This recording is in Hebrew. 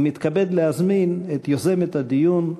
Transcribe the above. ומתכבד להזמין את יוזמת הדיון,